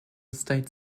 state